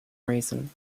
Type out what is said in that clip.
reasons